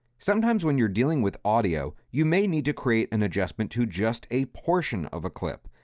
sometimes when you're dealing with audio, you may need to create an adjustment to just a portion of a clip.